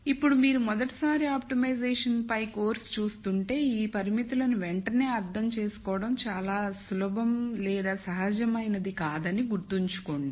ఇప్పుడు మీరు మొదటిసారి ఆప్టిమైజేషన్ పై కోర్సు చూస్తుంటే ఈ పరిమితులను వెంటనే అర్థం చేసుకోవడం చాలా సులభం లేదా సహజమైనది కాదని గుర్తుంచుకోండి